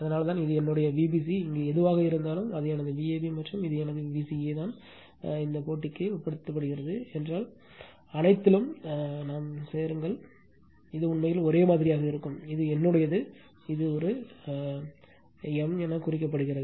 அதனால்தான் இது என்னுடைய Vbc இங்கே எதுவாக இருந்தாலும் அது எனது Vab மற்றும் இது எனது Vca தான் இந்த போட்டிக்கு உட்படுத்துகிறது என்றால் அனைத்திலும் சேருங்கள் இது உண்மையில் ஒரே மாதிரியாக இருக்கும் இது என்னுடையது இது ஒரு m என குறிக்கப்பட்டுள்ளது